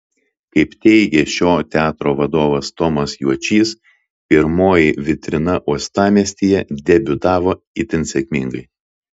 kaip teigė šio teatro vadovas tomas juočys pirmoji vitrina uostamiestyje debiutavo itin sėkmingai